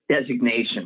designation